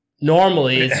normally